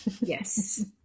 Yes